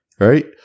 Right